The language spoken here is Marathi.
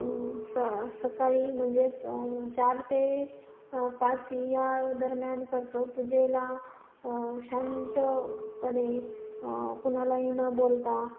स सकाळी म्हणजेच चार ते पाच या दरम्यान करतो पूजेला शांतपणे कुणालाही न बोलता